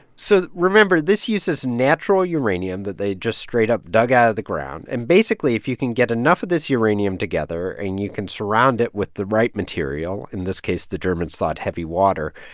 so remember. this uses natural uranium that they just straight up dug out of the ground. and, basically, if you can get enough of this uranium together and you can surround it with the right material in this case, the germans thought heavy water,